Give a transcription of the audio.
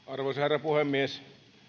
arvoisa herra puhemies